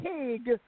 pig